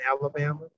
Alabama